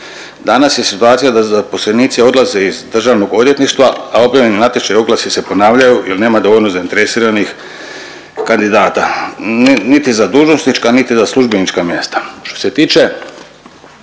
Danas je situacija da zaposlenici odlaze iz državnog odvjetništva, a objavljeni natječaji, oglasi se ponavljaju jer nema dovoljno zainteresiranih kandidata niti za dužnosnička, niti za službenička mjesta.